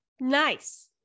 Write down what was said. Nice